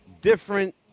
different